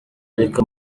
ariko